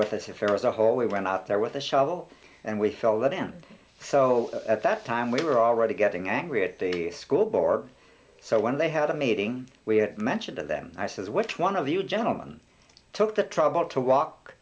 with us if there was a hole we went out there with a shovel and we fell that him so at that time we were already getting angry at the school board so when they had a meeting we had mentioned to them i says which one of you gentleman took the trouble to walk